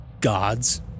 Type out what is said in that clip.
gods